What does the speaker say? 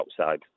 outside